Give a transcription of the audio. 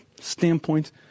standpoint